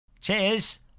Cheers